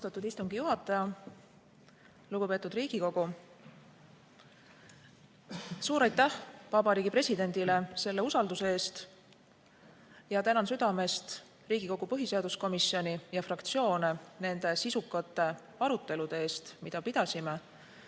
Austatud istungi juhataja! Lugupeetud Riigikogu! Suur aitäh Vabariigi Presidendile selle usalduse eest! Tänan südamest Riigikogu põhiseaduskomisjoni ja fraktsioone nende sisukate arutelude eest, mida pidasime.